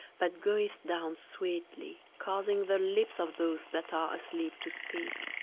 that goeth down sweetly, causing the lips of those that are asleep to speak.